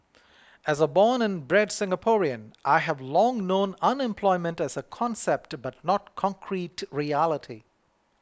as a born and bred Singaporean I have long known unemployment as a concept but not concrete reality